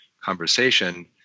conversation